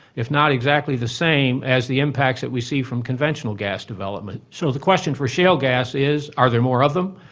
if not exactly the same, as the impacts that we see from conventional gas development. so the question for shale gas is are there more of them,